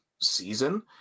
season